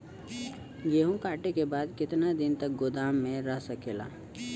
गेहूँ कांटे के बाद कितना दिन तक गोदाम में रह सकेला?